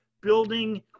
building